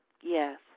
Yes